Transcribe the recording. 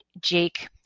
Jake